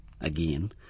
again